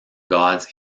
gods